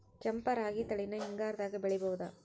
ಕೆಂಪ ರಾಗಿ ತಳಿನ ಹಿಂಗಾರದಾಗ ಬೆಳಿಬಹುದ?